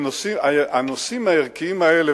הנושאים הערכיים האלה,